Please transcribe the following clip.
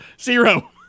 Zero